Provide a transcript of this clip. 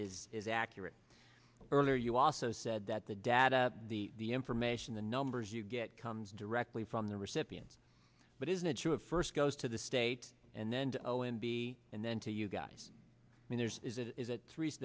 is it accurate earlier you also said that the data the the information the numbers you get comes directly from the recipient but isn't it true of first goes to the state and then to o m b and then to you guys i mean there is that is that th